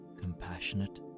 compassionate